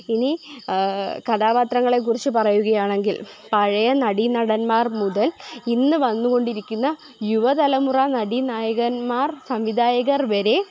ഇനി കഥാപാത്രങ്ങങ്ങളെ കുറിച്ച് പറയുകയാണെങ്കിൽ പഴയ നടീനടന്മാർ മുതൽ ഇന്ന് വന്നുകൊണ്ടിരിക്കുന്ന യുവ തലമുറ നടീ നായകന്മാർ സംവിധായകർ വരെ